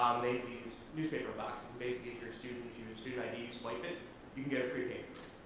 um made these newspaper but basically your students use student id to swipe it you can get a free paper.